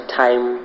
time